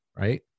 right